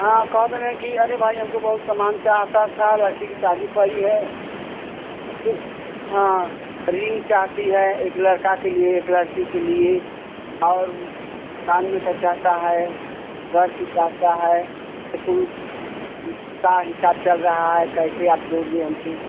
हाँ कहत रहें कि अरे भाई हमको बहुत समान चाहता था लड़की की शादी पड़ी है हाँ रिंग चाहती है एक लड़का के लिए एक लड़की के लिए और कान में का चाहता है अगर कि चाहता है ये कुल का हिसाब चल रहा है कैसे आप दोगे हमके